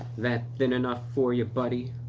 that thin enough for ya buddy.